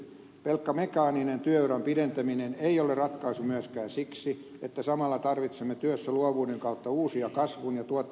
pelkkä mekaaninen työuran pidentäminen ei ole ratkaisu myöskään siksi että samalla tarvitsemme työssä luovuuden kautta uusia kasvun ja tuottavuuden lähteitä